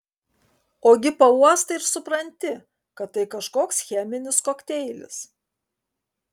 ogi pauostai ir supranti kad tai kažkoks cheminis kokteilis